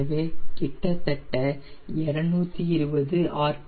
எனவே கிட்டத்தட்ட 220 ஆர்